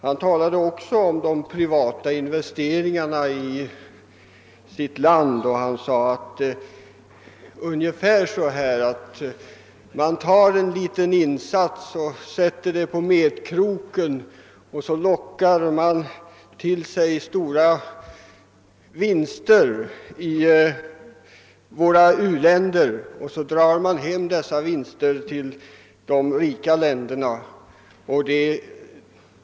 Han talade också om de privata investeringarna i sitt land — Zambia — och han sade ungefär så här: Man sätter en liten insats på metkroken och lockar till sig stora vinster i våra uländer, och sedan drar man hem dessa vinster till de rika länderna.